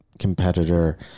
Competitor